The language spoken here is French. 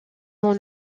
dans